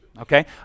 okay